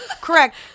Correct